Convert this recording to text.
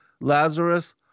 Lazarus